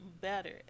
better